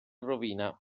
rovina